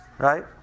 Right